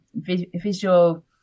visual